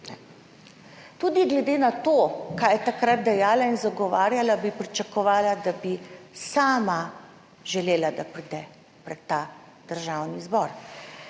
Tudi glede na to kaj je takrat dejala in zagovarjala bi pričakovala, da bi sama želela da pride **24. TRAK (VI)